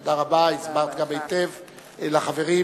תודה רבה, הסברת גם היטב לחברים.